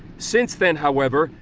since then, however,